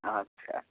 আচ্ছা